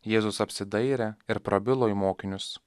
jėzus apsidairė ir prabilo į mokinius